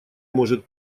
может